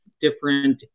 different